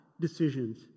decisions